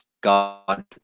God